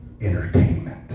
entertainment